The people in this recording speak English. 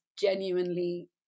genuinely